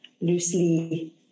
loosely